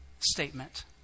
statement